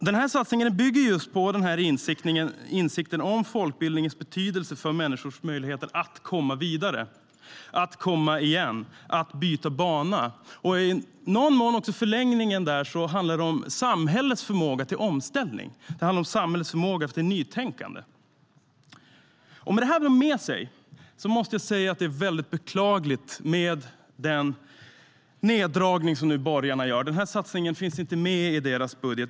Den satsningen bygger just på insikten om folkbildningens betydelse för människors möjligheter att komma vidare, att komma igen, att byta bana. I förlängningen handlar det om samhällets förmåga till omställning, samhällets förmåga till nytänkande. Om man har med sig detta måste jag säga att det är mycket beklagligt med den neddragning som borgarna gör nu. Den här satsningen finns inte med i deras budget.